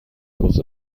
los